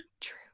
True